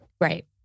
Right